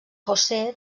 josé